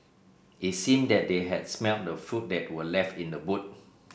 it seemed that they had smelt the food that were left in the boot